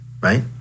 right